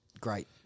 Great